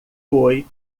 foi